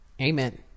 Amen